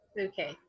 Okay